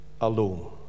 alone